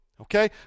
Okay